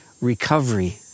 recovery